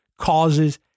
causes